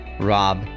Rob